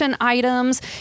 items